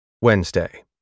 Wednesday